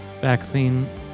Vaccine